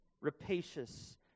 rapacious